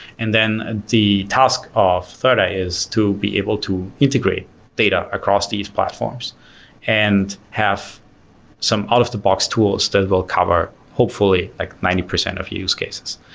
and then and the task of thirdeye is to be able to integrate data across these platforms and have some out-of-the-box tools that will cover hopefully like ninety percent of your use cases.